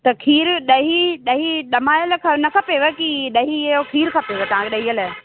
त खीर ॾही ॾही ॾमायल न खपेव की ॾही यो खीर खपेव तव्हांखे ॾही लाइ